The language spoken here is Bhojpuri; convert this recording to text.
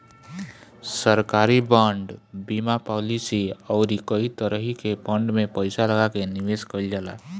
सरकारी बांड, बीमा पालिसी अउरी कई तरही के फंड में पईसा लगा के निवेश कईल जाला